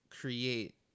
create